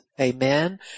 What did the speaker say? Amen